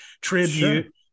tribute